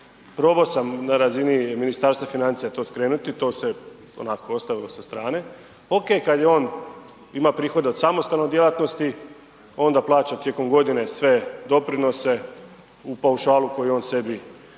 probao sam na razini Ministarstva financija to skrenuti, to se onako ostavilo sa strane, ok kad on ima prihode od samostalne djelatnosti, onda plaća tijekom godine sve doprinose u paušalu koji on sebi odredio